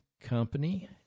company